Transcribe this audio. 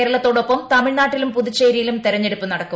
കേരളത്തോടൊപ്പം തമിഴ്നാട്ടിലും പുതുച്ചേരിയിലും തെരഞ്ഞെടുപ്പ് നടക്കും